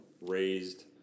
raised